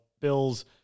Bills